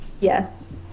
Yes